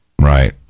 Right